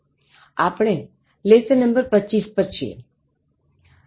આપણે લેસન નં 25 પર છીએ